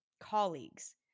colleagues